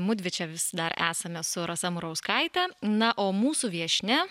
mudvi čia vis dar esame su rasa murauskaite na o mūsų viešnia